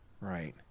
right